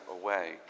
away